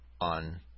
on